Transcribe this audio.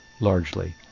largely